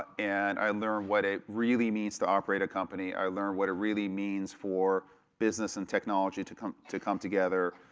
and i learned what it really means to operate a company. i learned what it really means for business and technology to come to come together,